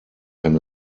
kann